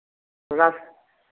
थोड़ा